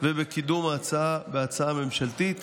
ובקידום ההצעה כהצעה ממשלתית,